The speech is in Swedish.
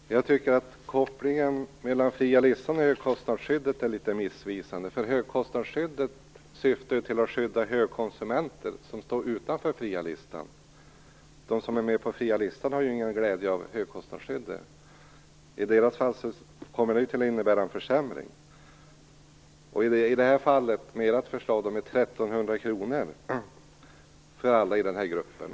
Fru talman! Jag tycker att kopplingen mellan fria listan och högkostnadsskyddet är litet missvisande. Högkostnadsskyddet syftar ju till att skydda högkonsumenter som står utanför fria listan. De som är med på fria listan har ju ingen glädje av högkostnadsskyddet. I deras fall innebär ju det en försämring. Socialdemokraternas förslag innebär ju 1 300 kr till alla i den här gruppen.